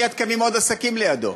מיד קמים עוד עסקים לידו,